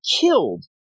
killed